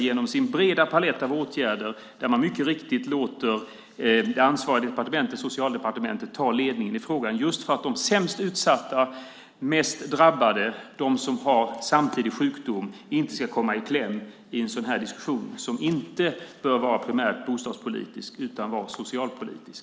Genom sin breda palett av åtgärder låter alliansregeringen det ansvariga departementet, Socialdepartementet, ta ledningen i frågan för att de mest utsatta och drabbade, de som samtidigt är sjuka, inte ska komma i kläm i en sådan här diskussion som primärt inte bör vara bostadspolitisk utan socialpolitisk.